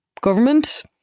Government